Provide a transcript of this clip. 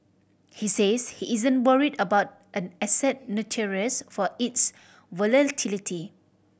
he says he isn't worried about an asset notorious for its volatility